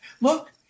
look